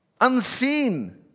Unseen